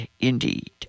indeed